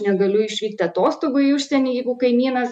negaliu išvykti atostogų į užsienį jeigu kaimynas